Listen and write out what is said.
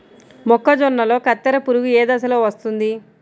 మొక్కజొన్నలో కత్తెర పురుగు ఏ దశలో వస్తుంది?